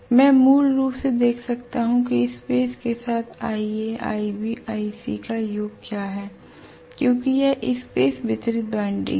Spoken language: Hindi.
मैं मूल रूप से देख सकता हूं कि स्पेस के साथ iA iB iC का योग क्या है क्योंकि यह स्पेस वितरित वाइंडिंग है